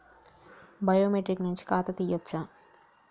Biometric నుంచి ఖాతా తీయచ్చా?